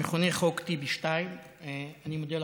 המכונה חוק טיבי 2. אני מודה לך,